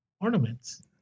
ornaments